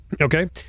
Okay